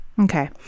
Okay